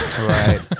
Right